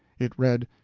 it read,